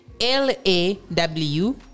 L-A-W